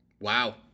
Wow